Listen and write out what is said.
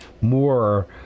more